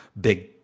big